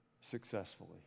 successfully